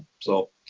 so